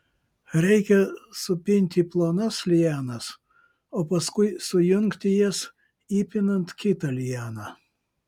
reikia supinti plonas lianas o paskui sujungti jas įpinant kitą lianą